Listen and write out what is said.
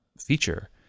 feature